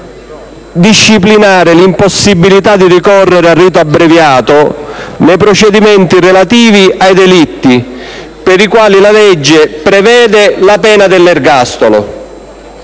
disciplinare l'impossibilità di ricorrere al rito abbreviato nei procedimenti relativi ai delitti per i quali la legge prevede la pena dell'ergastolo.